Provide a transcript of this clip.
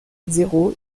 zéro